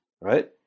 right